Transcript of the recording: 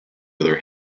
other